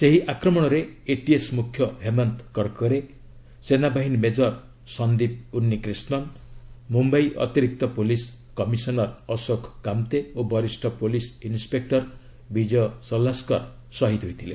ସେହି ଆକ୍ରମଣରେ ଏଟିଏସ୍ ମୁଖ୍ୟ ହେମନ୍ତ କର୍କରେ ସେନାବାହିନୀ ମେଜର ସନ୍ଦିପ୍ ଉନ୍ନିକ୍ରିଷ୍ଣନ୍ ମୁମ୍ୟାଇ ଅତିରିକ୍ତ ପୁଲିସ୍ କମିଶନର୍ ଅଶୋକ କାମ୍ତେ ଓ ବରିଷ ପ୍ରଲିସ୍ ଇନ୍ସେକ୍କର ବିଜୟ ସଲାସ୍କର ଶହୀଦ୍ ହୋଇଥିଲେ